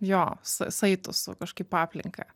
jo sa saitų su kažkaip aplinka